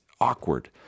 awkward